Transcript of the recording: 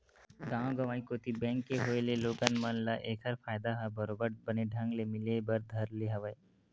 गाँव गंवई कोती बेंक के होय ले लोगन मन ल ऐखर फायदा ह बरोबर बने ढंग ले मिले बर धर ले हवय